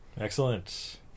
Excellent